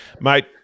Mate